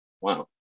Wow